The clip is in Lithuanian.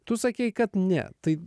tu sakei kad ne tai